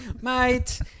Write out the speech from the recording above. mate